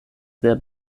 sehr